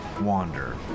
wander